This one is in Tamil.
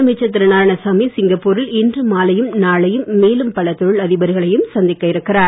முதலமைச்சர் திரு நாராயணசாமி சிங்கப்பூரில் இன்று மாலையும் நாளையும் மேலும் பல தொழில் அதிபர்களையும் சந்திக்க இருக்கிறார்